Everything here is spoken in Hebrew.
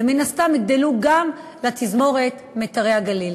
ומן הסתם יגדלו גם לתזמורת "מיתרי הגליל".